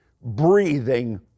breathing